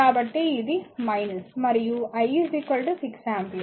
కాబట్టి ఇది 1 మరియు I 6 ఆంపియర్